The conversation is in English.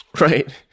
right